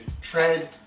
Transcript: tread